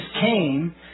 came